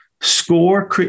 Score